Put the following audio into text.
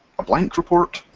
a blank report,